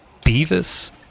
Beavis